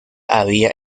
había